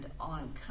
on